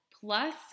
Plus